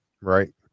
Right